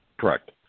Correct